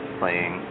playing